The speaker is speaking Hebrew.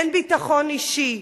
אין ביטחון אישי.